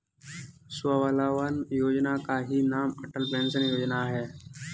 स्वावलंबन योजना का ही नाम अटल पेंशन योजना है